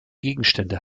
gegenständen